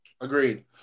agreed